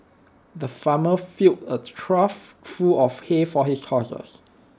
the farmer filled A trough full of hay for his horses